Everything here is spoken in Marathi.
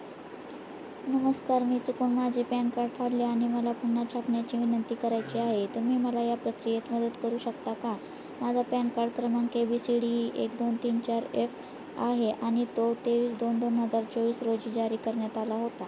नमस्कार मी चुकून माझे पॅन कार्ड फाडले आणि मला पुन्हा छापण्याची विनंती करायची आहे तुम्ही मला या प्रक्रियात मदत करू शकता का माझा पॅन कार्ड क्रमांक K B C D E एक दोन तीन चार एफ आहे आणि तो तेवीस दोन दोन हजार चोवीस रोजी जारी करण्यात आला होता